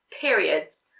periods